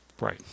Right